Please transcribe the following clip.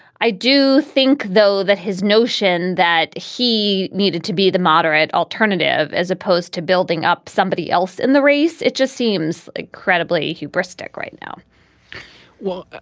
i do think, though, that his notion that he needed to be the moderate alternative as opposed to building up somebody else in the race, it just seems incredibly hubristic right now well,